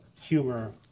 humor